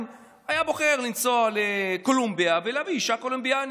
היה בוחר לנסוע לקולומביה ולהביא אישה קולומביאנית,